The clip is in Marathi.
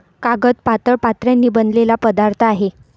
कागद पातळ पत्र्यांनी बनलेला पदार्थ आहे